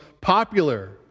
popular